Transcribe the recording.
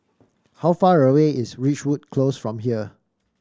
how far away is Ridgewood Close from here